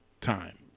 time